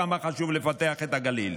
כמה חשוב לפתח את הגליל.